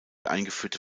eingeführte